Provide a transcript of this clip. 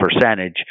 percentage